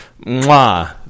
mwah